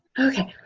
okay.